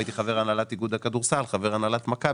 הייתי חבר הנהלת איגוד הכדורסל, חבר הנהלת מכבי.